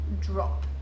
drop